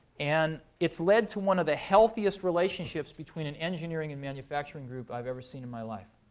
and it's led to one of the healthiest relationships between an engineering and manufacturing group i've ever seen in my life.